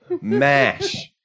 Mash